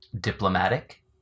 diplomatic